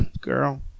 girl